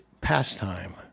pastime